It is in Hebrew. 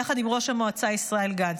יחד עם ראש המועצה ישראל גנץ.